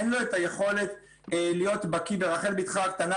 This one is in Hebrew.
אינו לו את היכולת להיות בקיא ברחל בתך הקטנה,